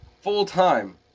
full-time